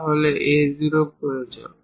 তাহলে A0 প্রয়োজন